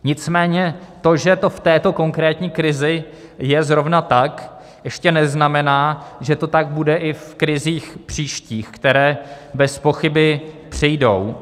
Nicméně to, že to v této konkrétní krizi je zrovna tak, ještě neznamená, že to tak bude i v krizích příštích, které bezpochyby přijdou.